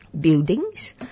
buildings